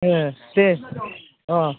दे अह